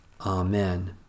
Amen